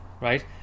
right